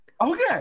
okay